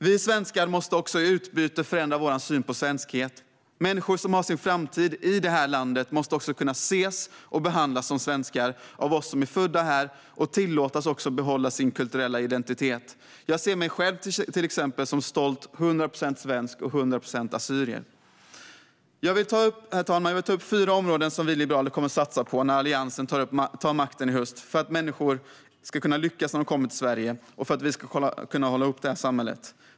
Vi svenskar måste också i utbyte förändra vår syn på svenskhet. Människor som har sin framtid i det här landet måste kunna ses och behandlas som svenskar av oss som är födda här och tillåtas behålla sin kulturella identitet. Jag själv, till exempel, ser mig som stolt hundra procent svensk och hundra procent assyrier. Herr talman! Jag vill ta upp fyra områden som vi liberaler kommer att satsa på när Alliansen tar makten i höst för att människor ska kunna lyckas när de kommer till Sverige och för att vi ska kunna hålla ihop detta samhälle.